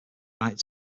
united